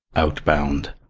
outbound